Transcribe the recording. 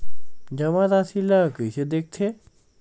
जमा राशि ला कइसे देखथे?